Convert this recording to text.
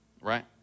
right